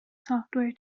software